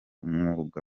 mwuga